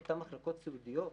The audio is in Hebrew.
על אותן מחלקות סיעודיות,